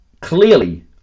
clearly